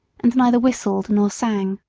and neither whistled nor sang.